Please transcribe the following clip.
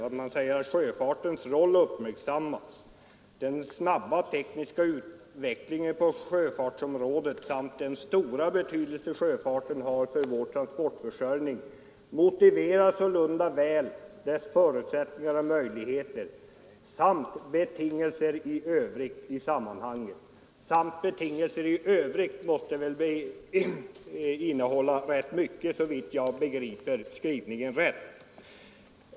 Utskottet säger att även sjöfartens roll bör uppmärksammas och tillägger: ”Den snabba tekniska utvecklingen på sjöfartsområdet samt den stora betydelse sjöfarten har för vår transportförsörjning motiverar sålunda väl att dess förutsättningar och möjligheter samt betingelser i övrigt prövas i sammanhanget.” Orden ”samt betingelser i övrigt” måste innehålla rätt mycket, såvitt jag begriper skrivningen rätt.